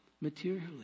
materially